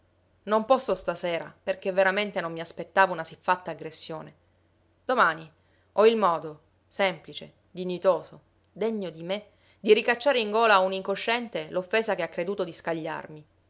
non posso stasera perché veramente non mi aspettavo una siffatta aggressione domani ho il modo semplice dignitoso degno di me di ricacciare in gola a un incosciente l'offesa che ha creduto di scagliarmi